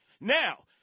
Now